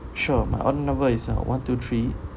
sure my order number is uh one two three